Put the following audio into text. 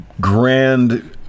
grand